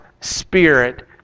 Spirit